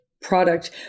Product